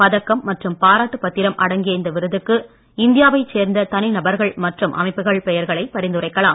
பதக்கம் மற்றும் பாராட்டு பத்திரம் அடங்கிய இந்த விருதுக்கு இந்தியாவைச் சேர்ந்த தனிநபர்கள் மற்றும் அமைப்புக்கள் பெயர்களை பரிந்துரைக்கலாம்